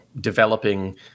developing